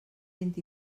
vint